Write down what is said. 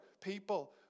people